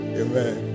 amen